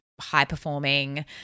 high-performing